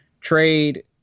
trade